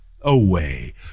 away